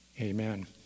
Amen